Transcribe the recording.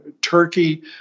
Turkey